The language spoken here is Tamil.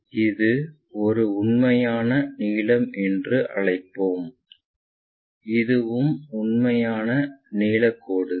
எனவே இது ஒரு உண்மையான நீளம் என்று அழைப்போம் இதுவும் உண்மையான நீளக் கோடுகள்